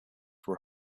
were